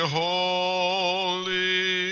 holy